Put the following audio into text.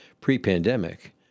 pre-pandemic